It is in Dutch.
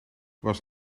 was